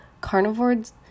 carnivores